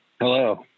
Hello